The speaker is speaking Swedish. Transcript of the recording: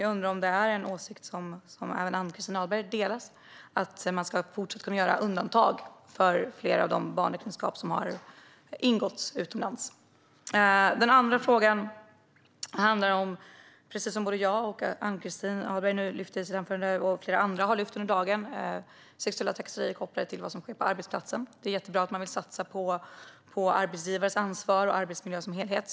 Jag undrar om Ann-Christin Ahlberg delar åsikten att man även i fortsättningen ska kunna göra undantag för flera av de barnäktenskap som har ingåtts utomlands. Den andra frågan handlar om något som jag, Ann-Christin Ahlberg och flera andra har tagit upp under dagen, nämligen sexuella trakasserier på arbetsplatsen. Det är jättebra att man vill satsa på arbetsgivares ansvar och arbetsmiljön som helhet.